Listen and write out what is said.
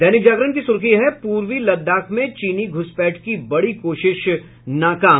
दैनिक जागरण की सुर्खी है पूर्वी लद्दाख में चीनी घुसपैठ की बड़ी कोशिश नाकाम